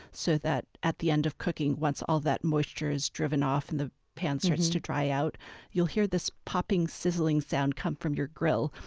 so that at the end of cooking once all that moisture is driven off and the pan starts to dry out you'll hear this popping, sizzling sound come from your grill.